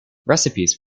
recipes